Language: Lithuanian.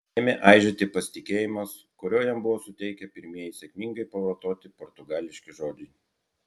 ėmė aižėti pasitikėjimas kurio jam buvo suteikę pirmieji sėkmingai pavartoti portugališki žodžiai